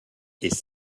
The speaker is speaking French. est